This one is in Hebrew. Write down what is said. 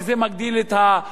כי זה מגדיל את התוצר,